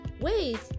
Wait